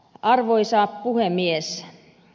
arvoisa puhemies